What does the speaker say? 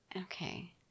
okay